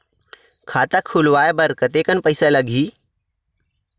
खाता खुलवाय बर कतेकन पईसा लगही?